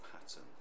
pattern